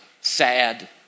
sad